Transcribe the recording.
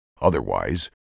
Otherwise